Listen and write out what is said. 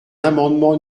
amendement